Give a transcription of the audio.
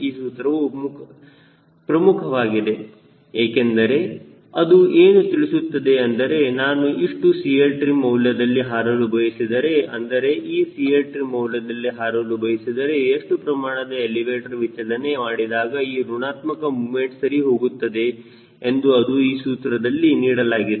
ಈ ಸೂತ್ರವು ಮುಖವಾಗಿದೆ ಏಕೆಂದರೆ ಅದು ಏನು ತಿಳಿಸುತ್ತದೆ ಎಂದರೆ ನಾನು ಇಷ್ಟು CLtrim ಮೌಲ್ಯದಲ್ಲಿ ಹಾರಲು ಬಯಸಿದರೆ ಅಂದರೆ ಈ CLtrim ಮೌಲ್ಯದಲ್ಲಿ ಹಾರಲು ಬಯಸಿದರೆ ಎಷ್ಟು ಪ್ರಮಾಣದಲ್ಲಿ ಎಲಿವೇಟರ್ ವಿಚಲನೆ ಮಾಡಿದಾಗ ಈ ಋಣಾತ್ಮಕ ಮುಮೆಂಟ್ ಸರಿ ಹೋಗುತ್ತದೆ ಎಂದು ಅದು ಈ ಸೂತ್ರದಲ್ಲಿ ನೀಡಲಾಗಿದೆ